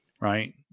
right